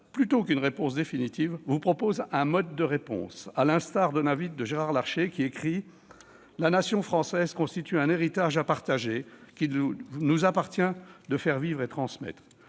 plutôt qu'une réponse définitive, vous propose un mode de réponse, en accord avec l'invite de Gérard Larcher :« La nation française constitue un héritage à partager, qu'il nous appartient de faire vivre et de transmettre.